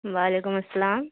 و علیکم السلام